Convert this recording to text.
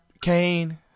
Kane